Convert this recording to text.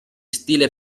stile